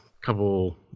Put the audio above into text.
couple